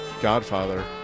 godfather